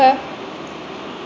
ब॒